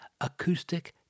acoustic